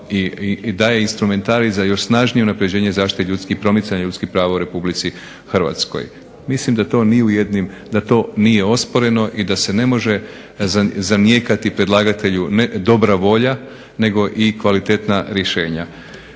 i daje instrumentarij za još snažnije unapređenje zaštite ljudskih promicanja i ljudskih prava u Republici Hrvatskoj. Mislim da to nije osporeno i da se ne može zanijekati predlagatelju dobra volja nego i kvalitetna rješenja.